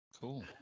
Cool